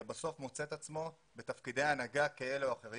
בסוף מוצא את עצמו בתפקידי הנהגה כאלה או אחרים,